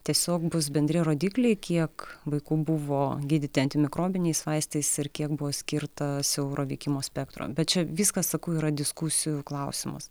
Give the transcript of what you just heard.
tiesiog bus bendri rodikliai kiek vaikų buvo gydyti antimikrobiniais vaistais ir kiek buvo skirta siauro veikimo spektro bet čia viskas sakau yra diskusijų klausimas